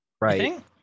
Right